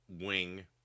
wing